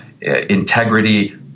integrity